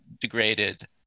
degraded